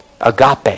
agape